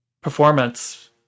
performance